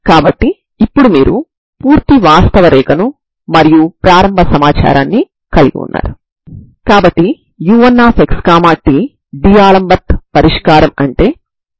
కాబట్టి Xx c2sin μa cos μa cos μx c2sin μx సాధారణ పరిష్కారం అవుతుంది